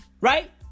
Right